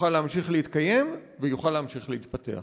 יוכל להמשיך להתקיים ויוכל להמשיך להתפתח.